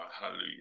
hallelujah